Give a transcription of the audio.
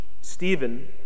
Stephen